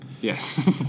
yes